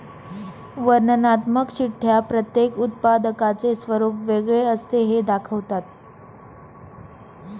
वर्णनात्मक चिठ्ठ्या प्रत्येक उत्पादकाचे स्वरूप वेगळे असते हे दाखवतात